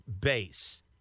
base